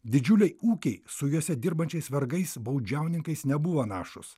didžiuliai ūkiai su juose dirbančiais vergais baudžiauninkais nebuvo našūs